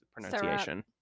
pronunciation